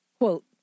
Quote